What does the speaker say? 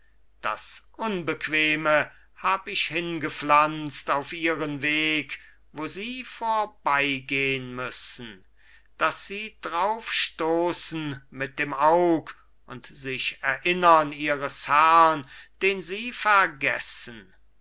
das unbequeme hab ich hingepflanzt auf ihren weg wo sie vorbeigehn müssen dass sie drauf stoßen mit dem aug und sich erinnern ihres herrn den sie vergessen